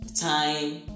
Time